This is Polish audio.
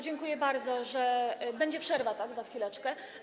Dziękuję bardzo, że będzie przerwa - tak? - za chwileczkę.